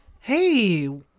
hey